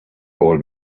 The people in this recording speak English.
old